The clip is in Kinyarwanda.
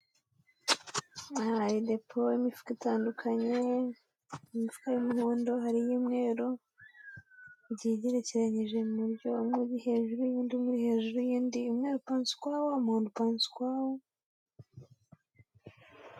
Aha hari depo y'imifuka itandukanye, imifuka y'umuhondo, hari iy'umweru, igiye igerekeranyije mu buryo umwe uri hejuru y'undi, umwe uri hejuru y'undi, umweru upanze ukwawo, umuhondo upanze ukwawo.